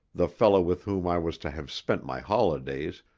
the fellow with whom i was to have spent my holidays,